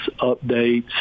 updates